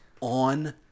on